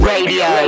Radio